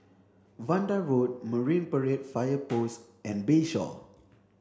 Vanda Road Marine Parade Fire Post and Bayshore